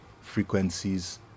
frequencies